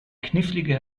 knifflige